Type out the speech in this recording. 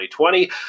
2020